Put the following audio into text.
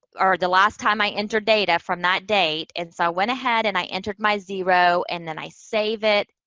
or the last time i entered data from that date. and so i went ahead and i entered my zero, and then i save it,